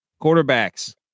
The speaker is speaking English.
quarterbacks